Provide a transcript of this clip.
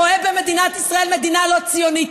שרואה במדינת ישראל מדינה לא ציונית,